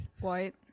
White